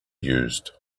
used